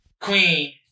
Queen